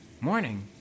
Morning